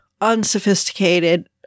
unsophisticated